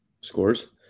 scores